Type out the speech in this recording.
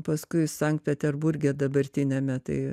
paskui sankt peterburge dabartiniame tai